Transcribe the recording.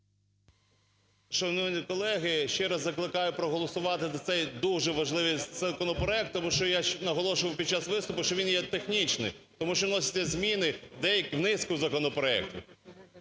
Шановні колеги, ще раз закликаю проголосувати за цей дуже важливий законопроект, тому що я наголошував ще під час виступу, що він є технічний, тому що вносяться зміни деякі в низку законопроектів.